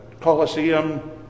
Colosseum